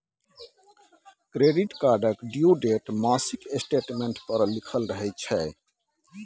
credit कार्डक due date मासिक statement पर लिखल रहय छै